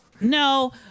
No